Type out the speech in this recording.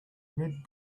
red